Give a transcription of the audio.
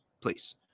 please